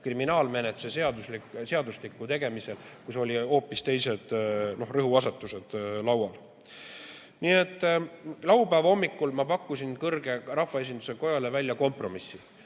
kriminaalmenetluse seadustiku tegemisel, kui olid hoopis teised rõhuasetused laual. Laupäeva hommikul ma pakkusin kõrge rahvaesinduse kojale välja kompromissi: